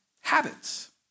habits